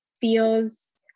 feels